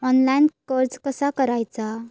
Online कर्ज कसा करायचा?